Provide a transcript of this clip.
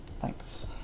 Thanks